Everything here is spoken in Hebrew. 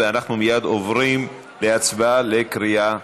ואנחנו מייד עוברים להצבעה בקריאה שלישית.